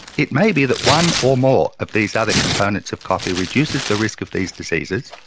it may be that one or more of these other components of coffee reduces the risk of these diseases,